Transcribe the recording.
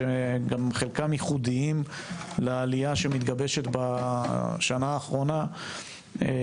שחלקם גם ייחודיים לעלייה שמתגבשת בשנה האחרונה,